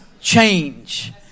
change